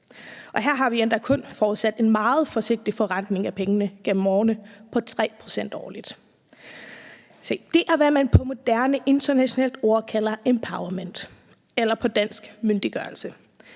her har vi endda kun forudsat en meget forsigtig forrentning af pengene gennem årene på 3 pct. årligt. Se, det er, hvad man med et moderne internationalt ord kalder empowerment eller på dansk myndiggørelse.